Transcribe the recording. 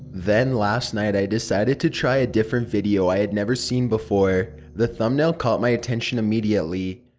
then last night i decided to try a different video i had never seen before. the thumbnail caught my attention immediately.